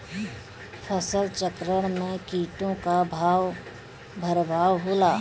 फसल चक्रण में कीटो का का परभाव होला?